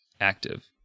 active